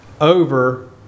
over